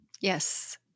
Yes